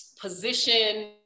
position